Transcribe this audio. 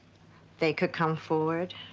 they could come forward,